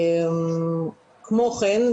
כמו כן,